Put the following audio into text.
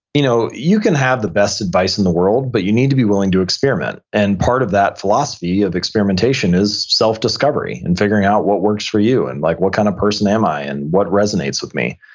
you know you could have the best advice in the world, but you need to be willing to experiment. and part of that philosophy of experimentation is self discovery and figuring out what works for you and like what kind of person am i? and what resonates with me?